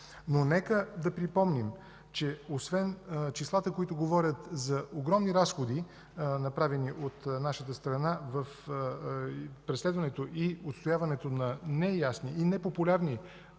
Но нека да припомним, че освен числата, които говорят за огромни разходи, направени от нашата страна в преследването и отстояването на неясни и непопулярни